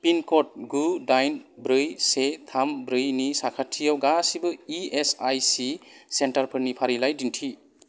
पिनकड गु दाइन ब्रै से थाम ब्रै नि साखाथियाव गासिबो इएसआईसि सेन्टारफोरनि फारिलाइ दिन्थि